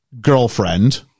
girlfriend